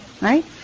Right